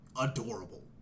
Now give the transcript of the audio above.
adorable